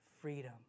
freedom